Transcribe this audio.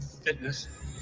fitness